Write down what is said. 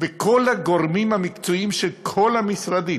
וכל הגורמים המקצועיים, של כל המשרדים,